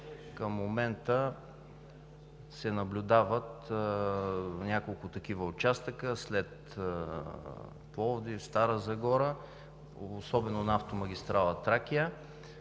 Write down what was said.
към момента се наблюдават няколко такива участъка след Пловдив, Стара Загора, особено на автомагистрала „Тракия“.